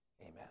amen